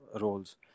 roles